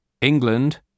England